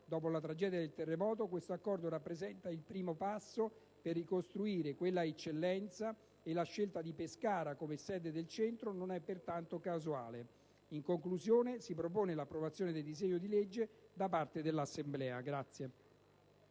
Dopo la tragedia del terremoto, questo Accordo rappresenta il primo passo per ricostruire quella eccellenza, e la scelta di Pescara come sede del centro non è pertanto casuale. In conclusione, si propone l'approvazione del disegno di legge da parte dell'Assemblea.